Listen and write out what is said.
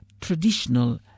traditional